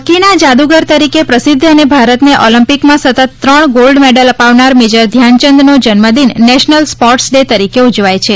હોકીના જાદુગર તરીકે પ્રસિધ્ધ અને ભારતને ઓલમ્પીકમાં સતત ત્રણ ગોલ્ડ મેડલ અપાવનાર મેજર ધ્યાનચંદનો જન્મદીન નેશનલ સ્પોર્ટસ ડે તરીકે ઉજવાય છે